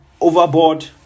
overboard